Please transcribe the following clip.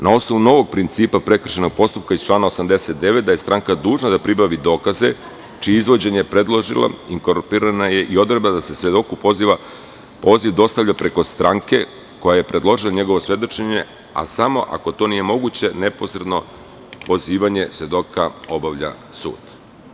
Na osnovu novog principa prekršajnog postupka iz člana 89. da je stranka dužna da pribavi dokaze, čije je izvođenje predložila i inkorporirana je odredba da se svedoku poziv dostavlja preko stranke koja je predložila njegovo svedočenje, ali samo ako to nije moguće, neposredno pozivanje svedoka obavlja sud.